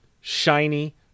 shiny